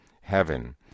heaven